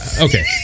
okay